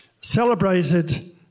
celebrated